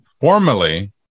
formally